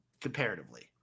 comparatively